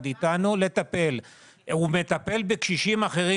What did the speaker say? זה נכון שהוא מטפל בקשישים אחרים,